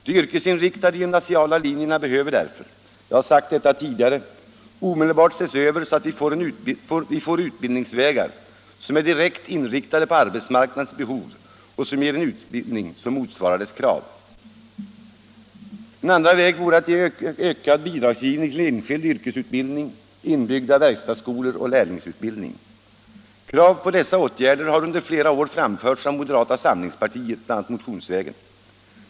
De yrkesinriktade gymnasiala linjerna behöver därför — jag har sagt detta tidigare — omedelbart ses över, så att vi får utbildningsvägar som är direkt inriktade på arbetsmarknadens behov och som ger en utbildning som motsvarar dess krav. En andra väg vore ökad bidragsgivning till enskild yrkesutbildning, inbyggda verkstadsskolor och lärlingsutbildning. Krav på dessa åtgärder har under flera år framförts av moderata sam lingspartiet bl.a. motionsvägen.